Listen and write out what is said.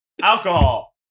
alcohol